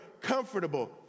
comfortable